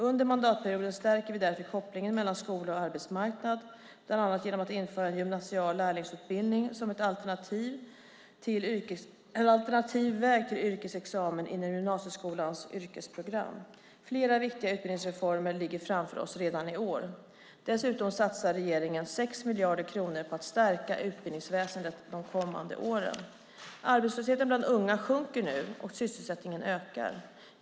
Under mandatperioden stärker vi därför kopplingen mellan skola och arbetsmarknad bland annat genom att införa en gymnasial lärlingsutbildning som en alternativ väg till yrkesexamen inom gymnasieskolans yrkesprogram. Flera viktiga utbildningsreformer ligger framför oss redan i år. Dessutom satsar regeringen 6 miljarder kronor på att stärka utbildningsväsendet de kommande åren. Arbetslösheten bland unga sjunker nu, och sysselsättningen ökar.